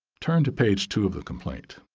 turn to page two of the complaint.